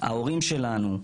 ההורים שלנו,